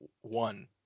one